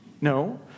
No